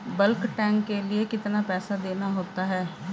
Bulk tank के लिए कितना पैसा देना होता है?